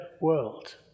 world